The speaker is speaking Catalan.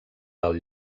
del